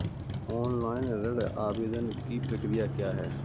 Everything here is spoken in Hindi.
ऑनलाइन ऋण आवेदन की प्रक्रिया क्या है?